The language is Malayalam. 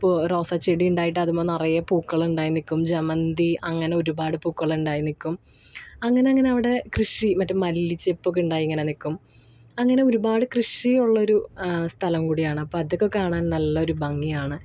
റോസാച്ചെടി ഉണ്ടായിട്ട് അതിമ്മെ നിറയെ പൂക്കളുണ്ടായി നില്ക്കും ജമന്തി അങ്ങനെ ഒരുപാട് പൂക്കള് ഉണ്ടായി നില്ക്കും അങ്ങനെ അങ്ങനെ അവിടെ കൃഷി മറ്റെ മല്ലിച്ചെപ്പൊക്കെ ഉണ്ടായി ഇങ്ങനെ നില്ക്കും അങ്ങനെ ഒരുപാട് കൃഷി ഉള്ളൊരു സ്ഥലം കൂടിയാണ് അപ്പോള് അതൊക്കെ കാണാൻ നല്ലൊരു ഭംഗിയാണ്